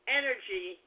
energy